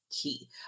key